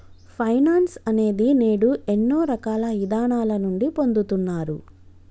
finance అనేది నేడు ఎన్నో రకాల ఇదానాల నుండి పొందుతున్నారు